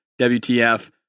WTF